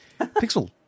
Pixel